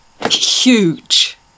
Huge